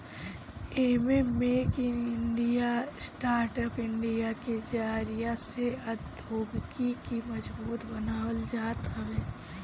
एमे make in India, startup India के जरिया से औद्योगिकी के मजबूत बनावल जात हवे